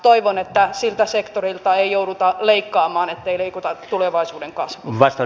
toivon että siltä sektorilta ei jouduta leikkaamaan ettei leikata tulevaisuuden kasvua